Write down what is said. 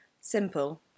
Simple